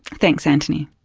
thanks antony.